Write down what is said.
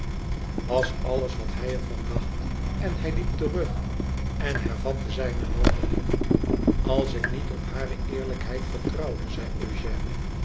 was alles wat hij er van dacht en hij liep terug en hervatte zijne wandeling lals ik niet op hare eerlijkheid vertrouwde zei